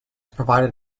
provided